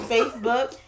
Facebook